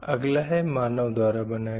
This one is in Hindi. अगला है मानव द्वारा बनाया गया